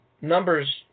Numbers